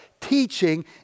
teaching